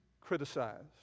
criticized